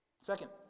Second